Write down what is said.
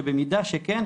שבמידה שכן,